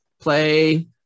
play